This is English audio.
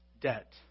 debt